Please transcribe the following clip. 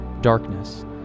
Darkness